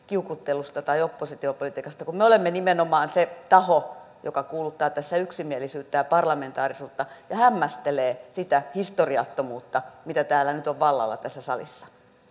kiukuttelusta tai oppositiopolitiikasta kun me olemme nimenomaan se taho joka kuuluttaa tässä yksimielisyyttä ja parlamentaarisuutta ja hämmästelee sitä historiattomuutta mikä nyt on vallalla tässä salissa